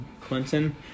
Clinton